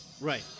Right